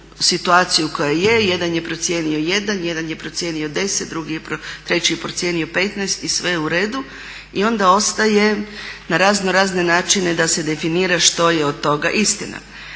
koja je, jedan je procijenio 1, jedan je procijenio 10, drugi je, treći je procijenio 15 i sve je u redu. I onda ostaje na razno razne načine da se definira što je od toga istina.